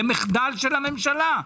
זה מחדל של הממשלה.